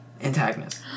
antagonist